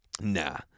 Nah